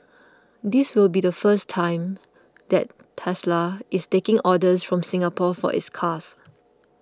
this will be the first time that Tesla is taking orders from Singapore for its cars